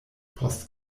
post